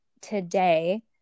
today